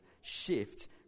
shift